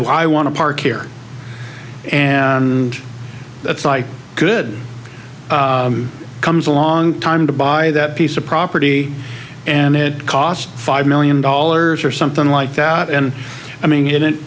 said i want to park here and that's like good comes along time to buy that piece of property and it cost five million dollars or something like that and i mean it